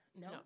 No